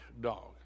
dog